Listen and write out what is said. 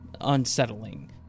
unsettling